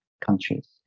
countries